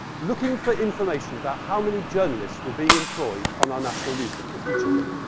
looking for information about how many journalists were being employed on our national newspapers each of them.